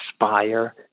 inspire